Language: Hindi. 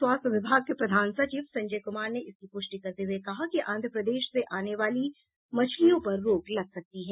स्वास्थ्य विभाग के प्रधान सचिव संजय कुमार ने इसकी पुष्टि करते हुये कहा कि आंध्रप्रदेश से आने वाली मछलियों पर रोक लग सकती है